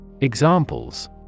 Examples